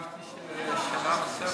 חשבתי שאני אשאל שאלה נוספת.